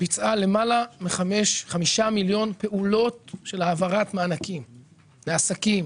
ביצעה למעלה מ-5 מיליון פעולות של העברת מענקים לעסקים,